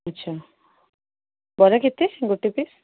ଆଚ୍ଛା ବରା କେତେ ଗୋଟେ ପିସ୍